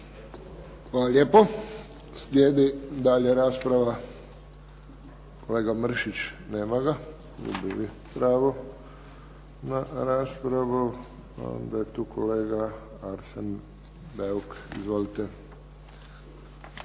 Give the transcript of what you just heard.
lijepo. Slijedi dalje rasprava. Kolega Mršić. Nema ga. Gubi pravo na raspravu. Kolega Arsen Bauk. Izvolite.